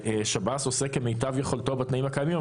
שב"ס עושה כמיטב יכולתו בתנאים הקיימים,